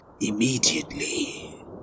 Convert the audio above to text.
immediately